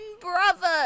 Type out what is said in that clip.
brother